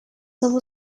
civil